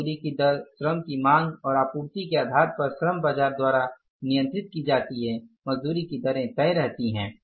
मजदूरी की दर श्रम की मांग और आपूर्ति के आधार पर श्रम बाजार द्वारा नियंत्रित की जाती है मजदूरी दरें तय रहती हैं